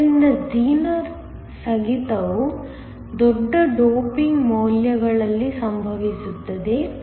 ಆದ್ದರಿಂದ ಝೀನರ್ ಸ್ಥಗಿತವು ದೊಡ್ಡ ಡೋಪಿಂಗ್ ಮೌಲ್ಯಗಳಲ್ಲಿ ಸಂಭವಿಸುತ್ತದೆ